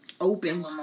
open